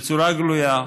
בצורה גלויה,